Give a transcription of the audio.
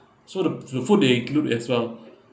so the the food they include as well